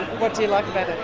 what do you like about it?